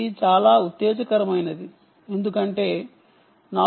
ఇది చాలా ఉత్తేజకరమైనది ఎందుకంటే 4